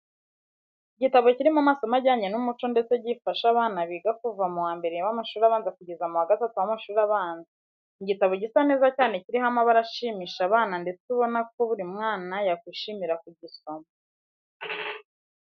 Igitabo kirimo amasomo ajyanye n'umuco ndetse gifasha abana biga kuva mu wa mbere w'amashuri abanza kugeza mu wa gatatu w'amashuri abanza. Ni igitabo gisa neza cyane kiriho amabara ashimisha abana ndetse ubona ko buri mwana yakwishimira kugisoma.